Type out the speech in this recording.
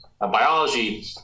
biology